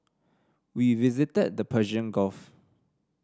we visited the Persian Gulf